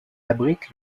abrite